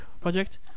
project